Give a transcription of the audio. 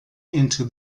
into